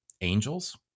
angels